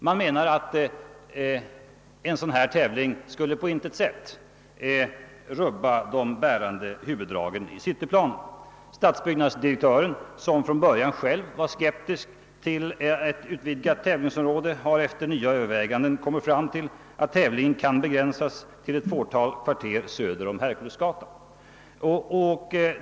Man menar att en sådan tävling på intet sätt skulle rubba de bärande huvuddragen i cityplanen. Stadsbyggnadsdirektören, som från början själv var skeptisk till ett utvidgat tävlingsområde, har efter nya överväganden kommit fram till att tävlingen kan begränsas till ett fåtal kvarter söder om Herkulesgatan.